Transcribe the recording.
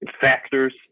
factors